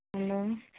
hello